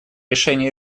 решения